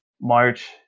march